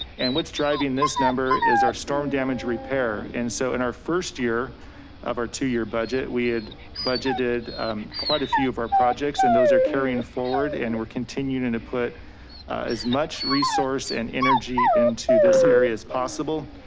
and what's driving this number is our storm damage repair. and so in our first year of our two year budget, we had budgeted quite a few of our projects, and those are carrying forward and we're continuing to put as much resource and energy into this area as possible.